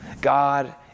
God